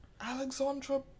Alexandra